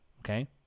Okay